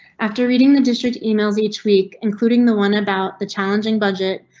after reading the district emails each week, including the one about the challenging budget,